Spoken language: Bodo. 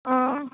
अ